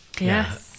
Yes